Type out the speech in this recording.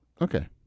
Okay